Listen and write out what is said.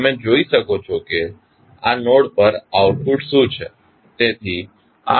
તમે જોઈ શકો છો કે આ નોડ પર આઉટપુટ શું છે